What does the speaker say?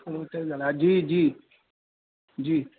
थोरो तेज़ु ॻाल्हाए जी जी जी